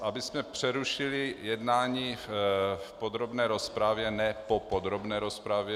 Abychom přerušili jednání v podrobné rozpravě, ne po podrobné rozpravě.